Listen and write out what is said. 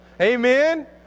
Amen